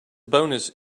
bonus